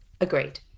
Agreed